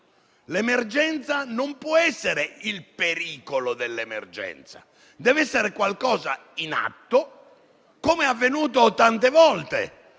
L'emergenza non può essere il pericolo dell'emergenza, ma deve essere qualcosa in atto, come è avvenuto tante volte